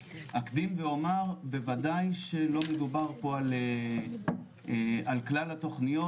אקדים ואומר שבוודאי שלא מדובר פה על כלל התכניות,